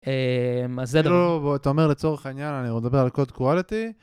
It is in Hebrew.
אתה אומר לצורך העניין אני אדבר על code quality.